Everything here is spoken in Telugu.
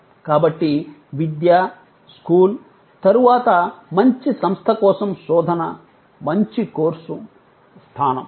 కాబట్టి విద్య స్కూల్ తరువాత మంచి సంస్థ కోసం శోధన మంచి కోర్సు స్థానం